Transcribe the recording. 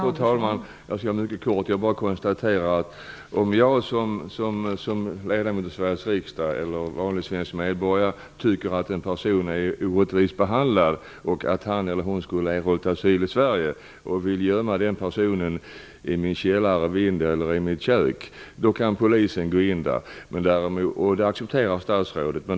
Fru talman! Jag vill bara mycket kort konstatera att om jag som ledamot av Sveriges riksdag eller som vanlig svensk medborgare tycker att en person är orättvist behandlad och att han eller hon borde erhålla asyl i Sverige och jag vill gömma personen i min källare, på min vind eller i mitt kök, så kan polisen gå in där. Det accepterar statsrådet.